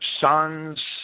sons